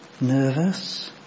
Nervous